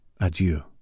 adieu